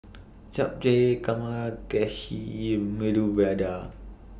Japchae Medu Vada